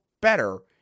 better